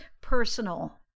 personal